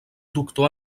doctor